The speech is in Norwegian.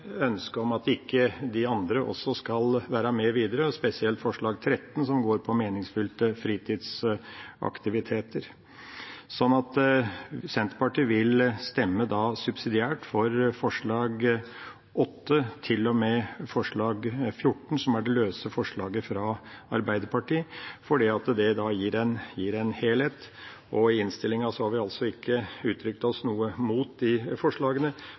ønsket å prioritere de forslagene vi var med på, men vi har ikke noe ønske om at de andre ikke også skal være med videre, spesielt forslag nr. 13, som går på meningsfylte fritidsaktiviteter. Så Senterpartiet vil stemme subsidiært for forslagene nr. 8–13, samt for forslag nr. 14, som er det løse forslaget fra Arbeiderpartiet, fordi det gir en helhet. I innstillinga har vi ikke uttrykt oss mot de forslagene,